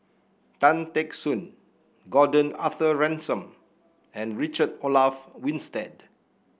Tan Teck Soon Gordon Arthur Ransome and Richard Olaf Winstedt